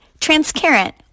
Transparent